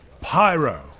Pyro